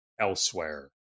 elsewhere